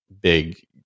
big